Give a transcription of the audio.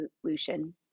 solution